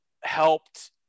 helped